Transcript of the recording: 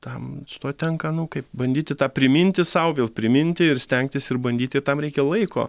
tam su tuo tenka nu kaip bandyti tą priminti sau vėl priminti ir stengtis ir bandyti tam reikia laiko